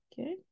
Okay